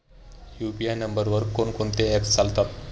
UPI नंबरवर कोण कोणते ऍप्स चालतात?